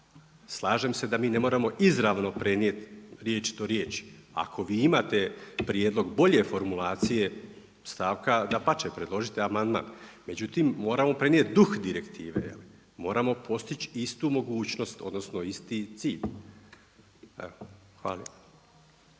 slažem se da mi ne moramo izravno prenijeti riječi do riječi, ako vi imate prijedlog bolje formulacije, dapače, predložite amandman, međutim moramo prenijeti duh direktive, je li, moramo postići istu mogućnost odnosno isti cilj. Hvala